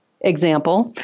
example